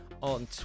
on